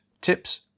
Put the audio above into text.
tips